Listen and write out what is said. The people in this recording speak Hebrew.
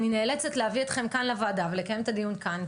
אני נאלצת להביא אתכם כאן לוועדה ולקיים את הדיון כאן,